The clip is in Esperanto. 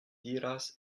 diras